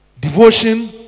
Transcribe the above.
Devotion